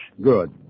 Good